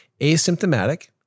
asymptomatic